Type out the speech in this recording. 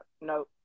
no